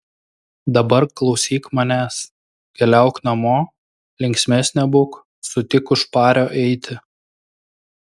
dabar klausyk manęs keliauk namo linksmesnė būk sutik už pario eiti